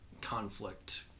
conflict